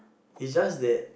is just that